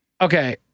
okay